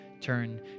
turn